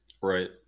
right